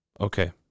Okay